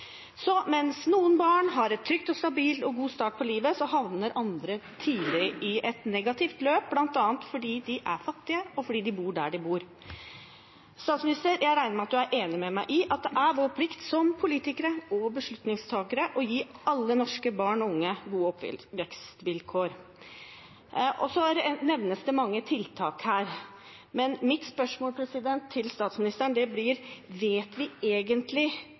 Så mens noen barn har en trygg, stabil og god start på livet, havner andre tidlig i et negativt løp bl.a. fordi de er fattige, og fordi de bor der de bor. Statsminister, jeg regner med at du er enig med meg i at det er vår plikt som politikere og beslutningstakere å gi alle norske barn og unge gode oppvekstvilkår. Så nevnes det mange tiltak her. Men mitt spørsmål til statsministeren blir: Vet vi egentlig